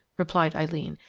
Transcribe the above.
replied eileen,